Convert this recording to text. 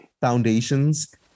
foundations